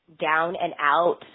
down-and-out